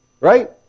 right